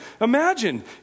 Imagine